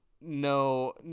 no